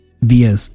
via